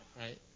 right